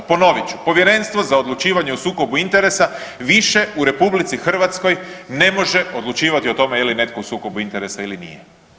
Ponovit ću, Povjerenstvo za odlučivanje o sukobu interesa više u RH ne može odlučivati o tome je li netko u sukobu interesa ili nije.